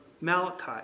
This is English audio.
Malachi